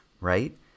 right